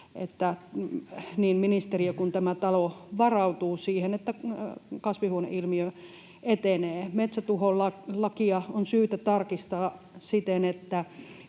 niin ministeriö kuin tämä talo varautuu siihen, että kasvihuoneilmiö etenee. Metsätuholakia on syytä tarkistaa siten,